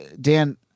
Dan